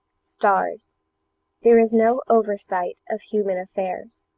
stars there is no oversight of human affairs.